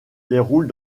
déroule